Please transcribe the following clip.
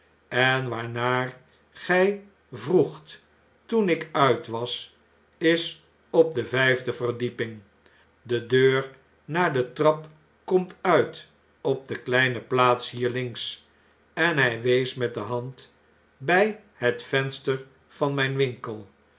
en waarnaar gij vroegt toen ik uit was is op de vyfde verdieping de deur naar de trap komt uit op de kleine plaats hier links en hij wees met de hand bij hetvenster van mjjn winkel